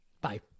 Bye